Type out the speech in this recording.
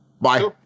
bye